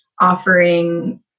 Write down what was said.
offering